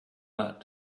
that